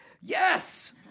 Yes